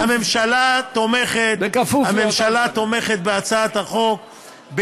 הממשלה תומכת בהצעת החוק,